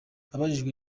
abajijwe